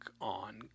on